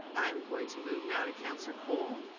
i'm going to move now to councillor colle.